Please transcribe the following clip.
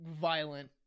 violent